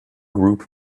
group